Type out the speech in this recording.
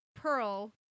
Pearl